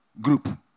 group